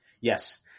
Yes